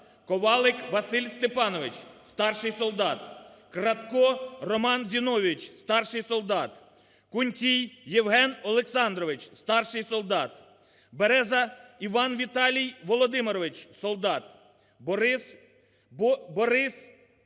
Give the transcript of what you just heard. Ковалик Василь Степанович – старший солдат; Кратко Роман Зіновійович – старший солдат; Кунтій Євген Олександрович – старший солдат; Береза Іван-Віталій Володимирович – солдат; Борис Ігор